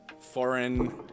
foreign